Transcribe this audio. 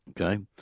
okay